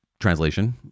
Translation